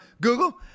Google